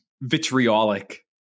vitriolic